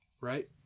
right